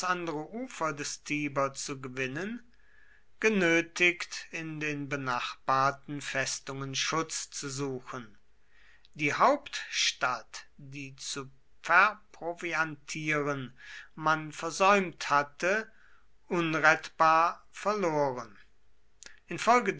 andere ufer des tiber zu gewinnen genötigt in den benachbarten festungen schutz zu suchen die hauptstadt die zu verproviantieren man versäumt hatte unrettbar verloren